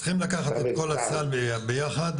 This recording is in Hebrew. צריכים לקחת את כל הסל ביחד,